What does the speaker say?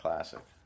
Classic